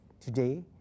today